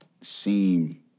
seem